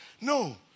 No